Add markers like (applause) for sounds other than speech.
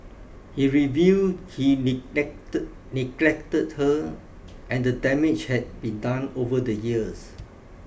he revealed he (unintelligible) neglected her and the damage had been done over the years